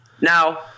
Now